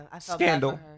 Scandal